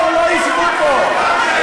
אנחנו עושים לכם